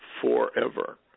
forever